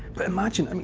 but imagine,